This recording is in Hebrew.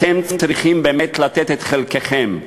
אתם צריכים לתת את חלקכם.